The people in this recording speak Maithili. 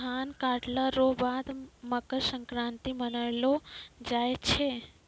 धान काटला रो बाद मकरसंक्रान्ती मानैलो जाय छै